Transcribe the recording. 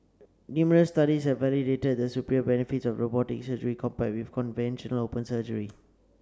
numerous studies have validated the superior benefits of robotic surgery compared with conventional open surgery